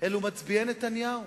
אלו מצביעי נתניהו.